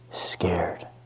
Scared